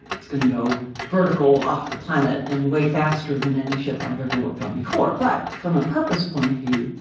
and it's going to go vertical off the planet and way faster than any ship i've ever worked on before, but from a purpose point of view,